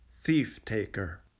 Thief-Taker